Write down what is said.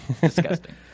Disgusting